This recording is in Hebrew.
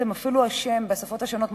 אפילו השם בשפות השונות,